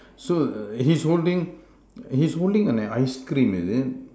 so he's holding he's holding on an ice cream is it